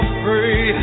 free